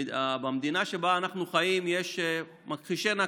במדינה שבה אנחנו חיים יש מכחישי נכבה: